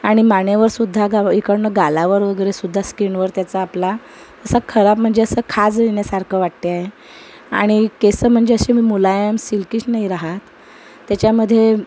आणि मानेवर सुद्धा गाव इकडनं गालावर वगैरे सुद्धा स्कीनवर त्याचा आपला असा खराब म्हणजे असं खाज येण्यासारखं वाटतेय आणि केसं म्हणजे अशी मी मुलायम सिल्कीश नाही राहत त्याच्यामधे